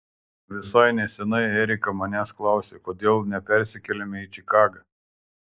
visai neseniai erika manęs klausė kodėl nepersikeliame į čikagą